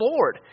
Lord